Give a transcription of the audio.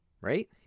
Right